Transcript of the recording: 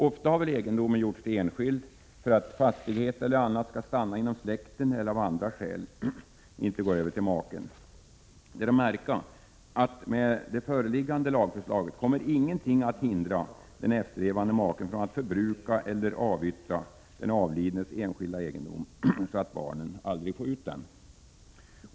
Ofta har väl egendomen gjorts till enskild för att fastigheten eller annat skall stanna inom släkten eller av andra skäl inte gå över till maken. Det är att märka att med det föreliggande lagförslaget kommer ingenting att hindra den efterlevande maken från att förbruka eller avyttra den avlidnes enskilda egendom så att barnen aldrig får ut denna.